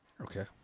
Okay